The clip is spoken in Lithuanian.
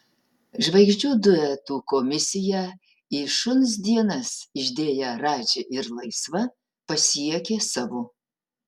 žvaigždžių duetų komisiją į šuns dienas išdėję radži ir laisva pasiekė savo